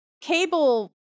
cable